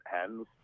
hands